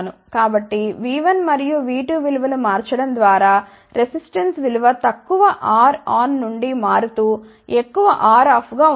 కాబట్టిV1 మరియు V2 విలువలను మార్చడం ద్వారారెసిస్టెన్స్ విలువ తక్కువ Ron నుండిమారు తూ ఎక్కువ Roff గా ఉంటుంది